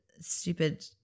stupid